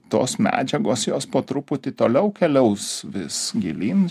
tos medžiagos jos po truputį toliau keliaus vis gilyn